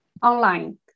online